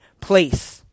place